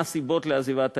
מה הסיבות לעזיבת העיר.